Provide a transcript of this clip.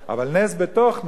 אבל נס בתוך נס,